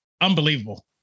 unbelievable